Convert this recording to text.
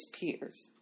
peers